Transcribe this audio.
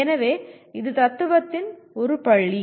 எனவே இது தத்துவத்தின் ஒரு பள்ளி